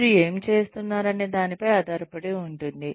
మీరు ఏమి చేస్తున్నారనే దానిపై ఆధారపడి ఉంటుంది